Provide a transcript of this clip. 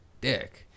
dick